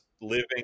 living